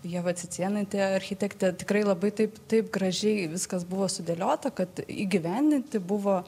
ieva cicėnaitė architektė tikrai labai taip taip gražiai viskas buvo sudėliota kad įgyvendinti buvo